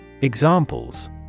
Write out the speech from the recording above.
Examples